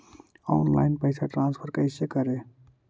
Online पैसा transfer कैसे करे?